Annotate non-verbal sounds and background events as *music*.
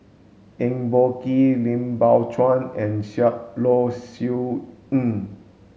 Eng Boh Kee Lim Biow Chuan and *unintelligible* Low Siew Nghee